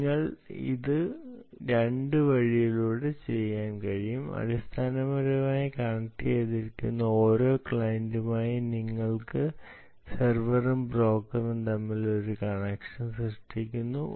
നിങ്ങൾക്ക് ഇത് രണ്ട് വഴികളിലൂടെ ചെയ്യാൻ കഴിയും അടിസ്ഥാനപരമായി കണക്റ്റുചെയ്യുന്ന ഓരോ ക്ലയന്റുമായി നിങ്ങൾ സെർവറും ബ്രോക്കറും തമ്മിൽ ഒരു കണക്ഷൻ സൃഷ്ടിക്കുന്നു